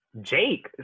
Jake